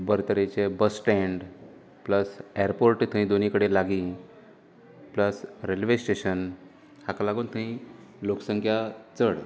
बरें तरेचे bus stand plus airport थंय दोनूय कडेन लागीं प्लस रेल्वे स्टेशन हाका लागून थंय लोकसंख्या चड